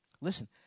Listen